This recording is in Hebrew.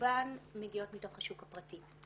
ורובן מגיעות מתוך השוק הפרטי.